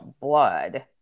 blood